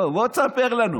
בוא, בוא תספר לנו.